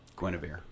Guinevere